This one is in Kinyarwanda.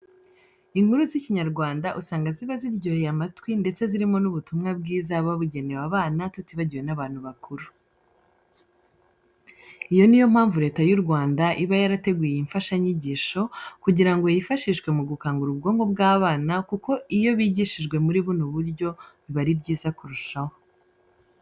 Inkuru z'Ikinyarwanda usanga ziba ziryoheye amatwi ndetse zirimo n'ubutumwa bwiza buba bugenewe abana tutibagiwe n'abantu bakuru. Iyo ni yo mpamvu Leta y'u Rwanda iba yarateguye iyi mfashanyigisho kugira ngo yifashishwe mu gukangura ubwonko by'abana kuko iyo bigishijwe muri buno buryo biba ari byiza kurushaho.